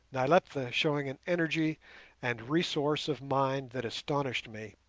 nyleptha showing an energy and resource of mind that astonished me,